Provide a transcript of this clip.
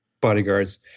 bodyguards